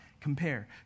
compare